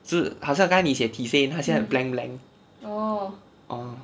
字好像该你写 tisane 他现 blank blank orh